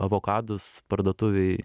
avokadus parduotuvėj